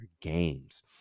games